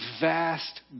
vast